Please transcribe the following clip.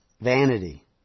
Vanity